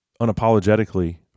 unapologetically